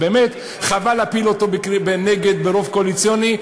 באמת חבל להפיל אותו ברוב קואליציוני.